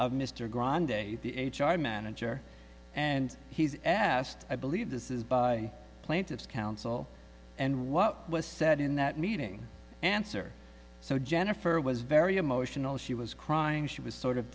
r manager and he's asked i believe this is by plaintiff's counsel and what was said in that meeting answer so jennifer was very emotional she was crying she was sort of